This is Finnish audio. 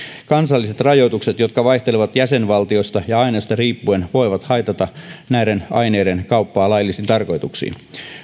kansalliset rajoitukset jotka vaihtelevat jäsenvaltiosta ja aineesta riippuen voivat haitata näiden aineiden kauppaa laillisiin tarkoituksiin